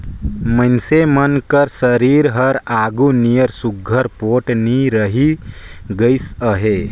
मइनसे मन कर सरीर हर आघु नियर सुग्घर पोठ नी रहि गइस अहे